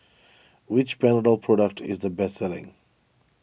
which Panadol product is the best selling